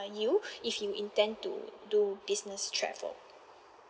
you if you intend to do business travel